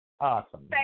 Awesome